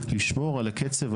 לשמור על הקצב ,